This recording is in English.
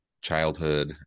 childhood